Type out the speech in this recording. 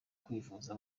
kwivuza